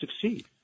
succeed